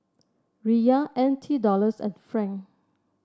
Riyal N T Dollars and Franc